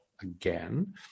again